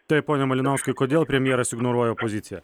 taip pone malinauskai kodėl premjeras ignoruoja opoziciją